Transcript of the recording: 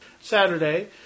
Saturday